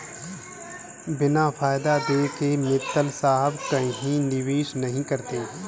बिना फायदा देखे मित्तल साहब कहीं निवेश नहीं करते हैं